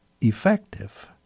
effective